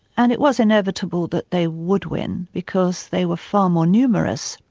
and it was inevitable that they would win, because they were far more numerous,